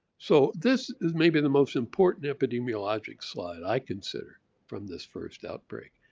so this is maybe the most important epidemiologic slide i consider from this first outbreak.